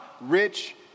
rich